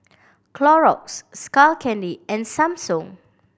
Clorox Skull Candy and Samsung